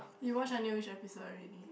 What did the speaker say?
you watch until which episode already